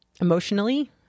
emotionally